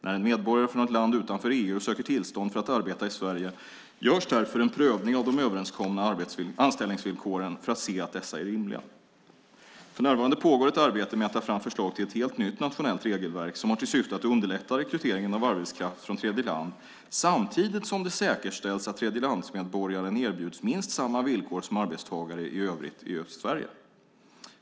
När en medborgare från ett land utanför EU söker tillstånd för att arbeta i Sverige görs därför en prövning av de överenskomna anställningsvillkoren för att se till att dessa är rimliga. För närvarande pågår ett arbete med att ta fram förslag till ett helt nytt nationellt regelverk som har till syfte att underlätta rekryteringen av arbetskraft från tredjeland, samtidigt som det säkerställs att tredjelandsmedborgaren erbjuds minst samma villkor som arbetstagare i övrigt i Sverige.